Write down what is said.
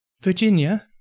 Virginia